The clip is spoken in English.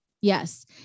Yes